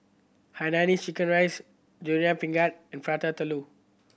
hainanese chicken rice Durian Pengat and Prata Telur